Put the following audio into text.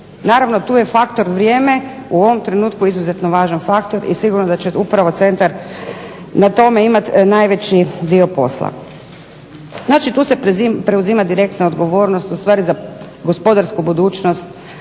Naravno tu je faktor vrijeme, u ovom trenutku izuzetno važan faktor i sigurno da će upravo centar na tome imati najveći dio posla. Znači tu se preuzima direktna odgovornost ustvari za gospodarsku budućnost